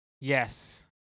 Yes